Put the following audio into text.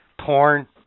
Porn